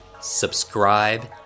subscribe